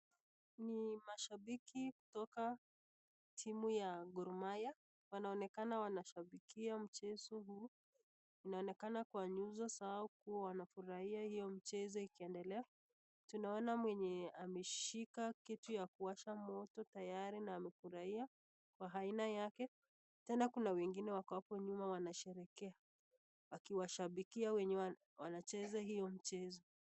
Ni mashabiki kutoka timu ya Gor Mahia, wanaonekana wanashabikia mchezo huu. Inaonekana kwa nyuso zao kuwa wanafurahia hio mchezo ikiendelea. Tunaona mwenye ameshika kitu ya kuwasha moto tayari na amefurahia kwa aina yake. Tena kuna wengine wako hapo nyuma wanasherehekea wakiwashabikia wenye wanacheza hio mchezo.